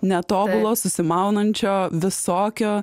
netobulo susimaunančio visokio